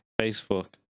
facebook